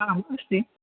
आम् अस्ति